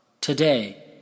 Today